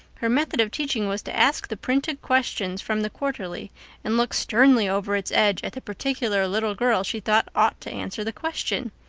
her method of teaching was to ask the printed questions from the quarterly and look sternly over its edge at the particular little girl she thought ought to answer the question.